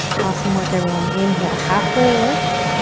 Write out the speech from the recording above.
awesome work, everyone. inhale, halfway lift.